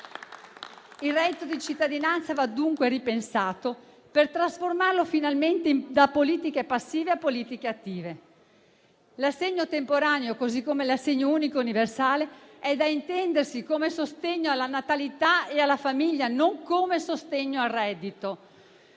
Il reddito di cittadinanza va dunque ripensato per trasformarlo finalmente da politiche passive a politiche attive. L'assegno temporaneo, così come l'assegno unico universale, è da intendersi come sostegno alla natalità e alla famiglia, non come sostegno al reddito.